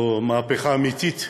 או מהפכה אמיתית,